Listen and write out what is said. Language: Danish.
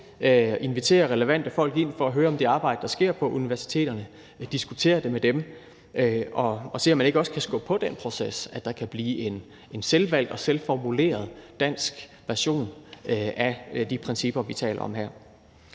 invitere relevante folk ind for at høre om det arbejde, der sker på universiteterne, diskutere det med dem og se, om man ikke også kan skubbe på den proces, så der kan blive en selvvalgt og selvformuleret dansk version af de principper, vi taler om her.